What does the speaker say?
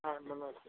हाँ नमस्ते